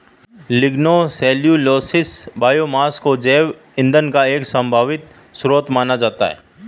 lignocellulosic biomass को जैव ईंधन का एक संभावित स्रोत माना जाता है